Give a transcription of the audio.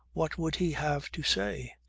what would he have to say?